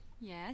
Yes